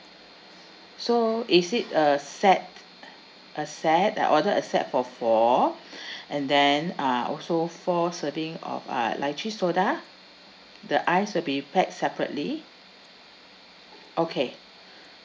so is it a set a set I ordered a set for four and then uh also four serving of uh lychee soda the ice will be packed separately okay